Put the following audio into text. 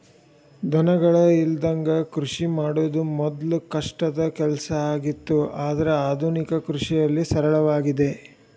ದನಗಳ ಇಲ್ಲದಂಗ ಕೃಷಿ ಮಾಡುದ ಮೊದ್ಲು ಕಷ್ಟದ ಕೆಲಸ ಆಗಿತ್ತು ಆದ್ರೆ ಆದುನಿಕ ಕೃಷಿಯಲ್ಲಿ ಸರಳವಾಗಿದೆ